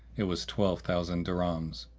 it was twelve thousand dirhams.